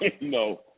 No